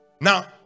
now